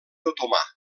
otomà